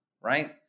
right